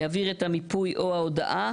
יעביר את המיפוי או ההודעה